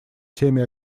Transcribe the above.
теме